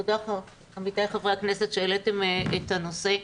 תודה עמיתיי חברי הכנסת שהעליתם את הנושא.